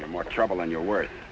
you're more trouble than you're worth